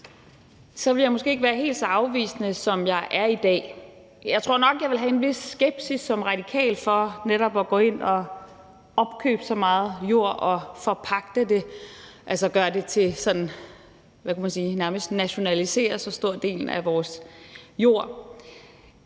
havde jeg måske ikke været helt så afvisende, som jeg er i dag. Jeg tror nok, at jeg ville have en vis skepsis som radikal over for netop at gå ind at opkøbe så meget jord og forpagte det, altså nærmest nationalisere så stor en del af vores jord.